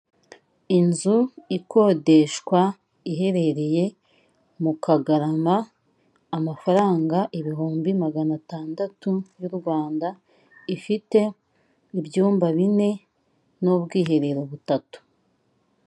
Inzu ikodeshwa iherereye mu Kagarama amafaranga ibihumbi magana atandatu y'u Rwanda ifite ibyumba bine n'ubwiherero butatu.